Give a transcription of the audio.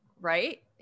right